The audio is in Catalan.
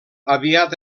aviat